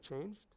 changed